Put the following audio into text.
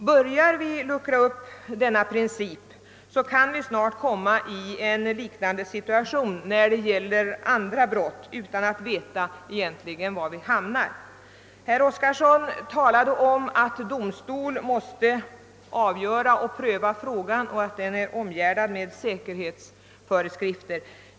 Börjar vi luckra upp principen, kan vi snart komma i en liknande situation när det gäller andra brott utan att egentligen veta var vi hamnar. Herr Oskarson påpekade att domstol måste pröva frågan och att telefonavlyssningen är omgärdad med säkerhetsföreskrifter.